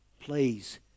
please